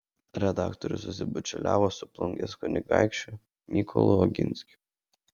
redaktorius susibičiuliavo su plungės kunigaikščiu mykolu oginskiu